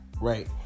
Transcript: right